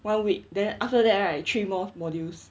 one week then after that right three more modules